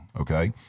Okay